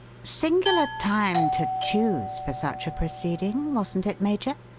singular time to choose for such a proceeding, wasn't it, major?